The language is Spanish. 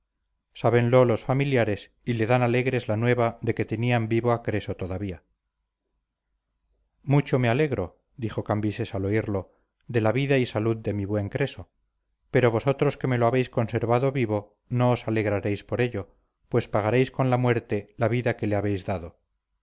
creso sábenlo los familiares y le dan alegres la nueva de que tenían vivo a creso todavía mucho me alegro dijo cambises al oirlo de la vida y salud de mi buen creso pero vosotros que me lo habéis conservado vivo no os alegrareis por ello pues pagareis con la muerte la vida que le habéis dado